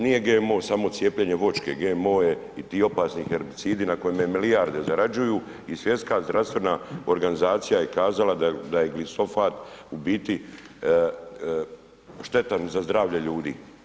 Nije GMO samo cijepljenje voćke, GMO je i ti opasni herbicidi na kojima milijarde zarađuju i Svjetska zdravstvena organizacija je kazala da je glisofat u biti štetan za zdravlje ljudi.